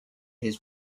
his